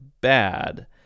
bad